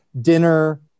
dinner